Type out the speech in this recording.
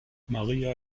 maria